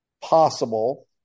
possible